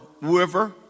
whoever